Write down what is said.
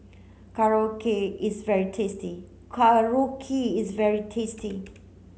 Korokke is very tasty Korokke is very tasty